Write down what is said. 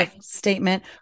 statement